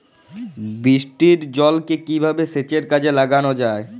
বৃষ্টির জলকে কিভাবে সেচের কাজে লাগানো যায়?